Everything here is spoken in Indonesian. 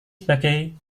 sebagai